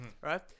right